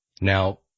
Now